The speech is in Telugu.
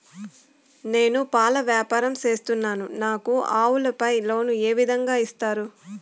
నేను పాల వ్యాపారం సేస్తున్నాను, నాకు ఆవులపై లోను ఏ విధంగా ఇస్తారు